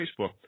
Facebook